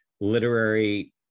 literary